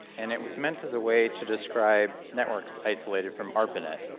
and it was meant as a way to describe networks isolated from arpanet.